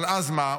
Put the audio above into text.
אבל אז מה,